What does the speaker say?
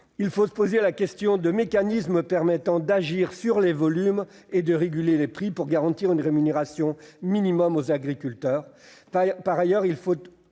Il faut se poser la question de mécanismes permettant d'agir sur les volumes et de réguler les prix, pour garantir une rémunération minimum aux agriculteurs. Par ailleurs, il